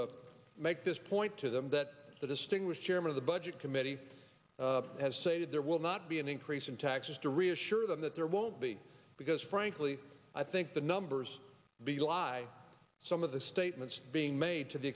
to make this point to them that the distinguished chairman of the budget committee has say that there will not be an increase in taxes to reassure them that there won't be because frankly i think the numbers the lie some of the statements being made to the